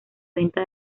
venta